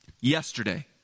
yesterday